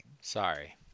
Sorry